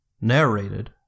narrated